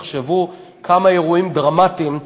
תחשבו כמה אירועים דרמטיים עברנו,